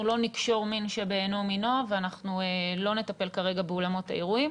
לא נקשור מין בשאינו מינו ואנחנו לא נטפל כרגע באולמות האירועים,